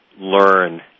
learn